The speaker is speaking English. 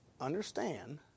understand